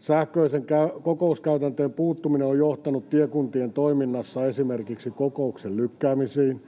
Sähköisten kokouskäytäntöjen puuttuminen on johtanut tiekuntien toiminnassa esimerkiksi kokousten lykkäämisiin,